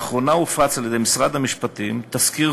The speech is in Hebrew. לאחרונה הופץ על-ידי משרד המשפטים תזכיר